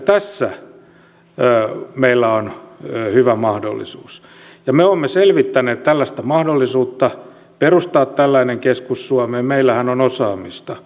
tässä meillä on hyvä mahdollisuus ja me olemme selvittäneet mahdollisuutta perustaa tällainen keskus suomeen meillähän on osaamista